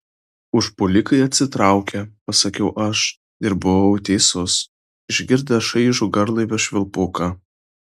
užpuolikai atsitraukė pasakiau aš ir buvau teisus išgirdę šaižų garlaivio švilpuką